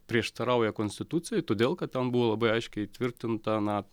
prieštarauja konstitucijai todėl kad ten buvo labai aiškiai įtvirtinta na